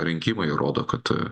rinkimai rodo kad